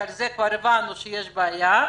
שעל זה כבר הבנו שיש בעיה,